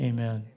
Amen